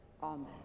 amen